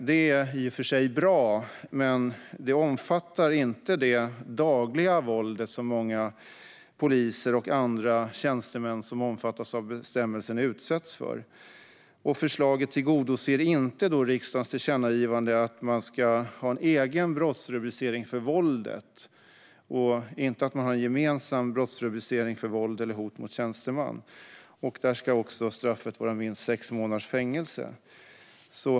Det är i och för sig bra, men det omfattar inte det dagliga våld som många poliser och andra tjänstemän som omfattas av bestämmelsen utsätts för. Förslaget tillgodoser inte riksdagens tillkännagivande att man ska ha en egen brottsrubricering för våldet och inte ha en gemensam brottsrubricering för våld eller hot mot tjänsteman. Där ska också straffet vara minst sex månaders fängelse.